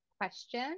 question